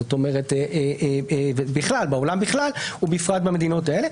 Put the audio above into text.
זאת אומרת, בעולם בכלל ובפרט במדינות האלה.